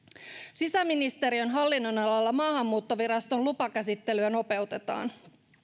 sisäministeriön hallinnonalalla maahanmuuttoviraston lupakäsittelyä nopeutetaan